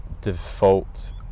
default